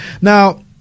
Now